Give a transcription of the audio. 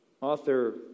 Author